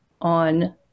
on